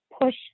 push